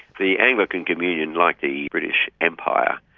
the anglican communion, like the british empire,